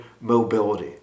mobility